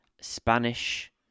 Spanish